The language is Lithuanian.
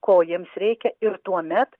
ko jiems reikia ir tuomet